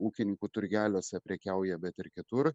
ūkininkų turgeliuose prekiauja bet ir kitur